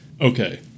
Okay